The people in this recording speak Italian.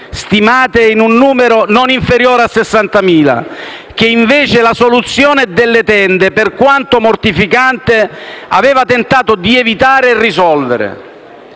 stimate in un numero non inferiore a 60.000, che invece la soluzione delle tende, per quanto mortificante, aveva tentato di evitare e risolvere.